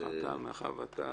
מאחר ואתה